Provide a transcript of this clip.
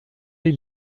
les